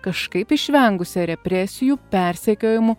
kažkaip išvengusią represijų persekiojimų